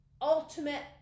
ultimate